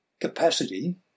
capacity